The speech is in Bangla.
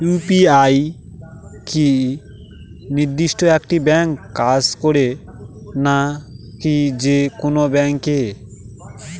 ইউ.পি.আই কি নির্দিষ্ট একটি ব্যাংকে কাজ করে নাকি যে কোনো ব্যাংকে?